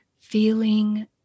feeling